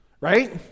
Right